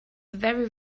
very